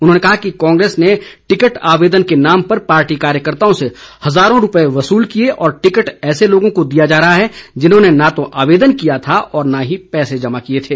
उन्होंने कहा कि कांग्रेस ने टिकट आवेदन के नाम पर पार्टी कार्यकर्ताओं से हजारों रूपये वसूल किए और टिकट ऐसे लोगों को दिया जा रहा है जिन्होंने न तो आवेदन किया था और न ही पैसे जमा किए थे